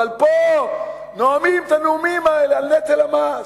אבל פה נואמים את הנאומים האלה על נטל המס.